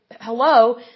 hello